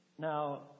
Now